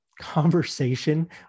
conversation